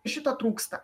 šito trūksta